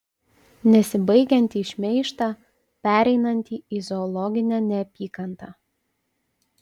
nesibaigiantį šmeižtą pereinantį į zoologinę neapykantą